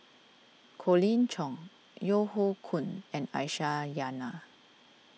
Colin Cheong Yeo Hoe Koon and Aisyah Lyana